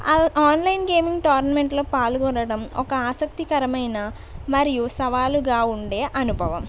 ఆ ఆన్లైన్ గేమింగ్లో టోర్నమెంట్లో పాల్గొనడం ఒక ఆసక్తికరమైన మరియు సవాలుగా ఉండే అనుభవం